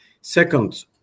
Second